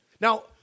Now